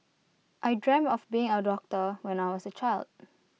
I dreamt of being A doctor when I was A child